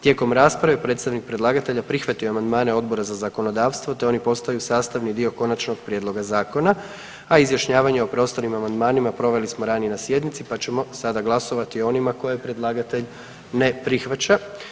Tijekom rasprave predstavnik predlagatelja prihvatio je amandmane Odbora za zakonodavstvo, te oni postaju sastavni dio Konačnog prijedloga zakona, a izjašnjavanje o preostalim amandmanima proveli smo ranije na sjednici, pa ćemo sada glasovati o onima koje predlagatelj ne prihvaća.